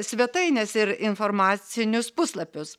svetaines ir informacinius puslapius